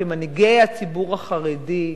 כמנהיגי הציבור החרדי,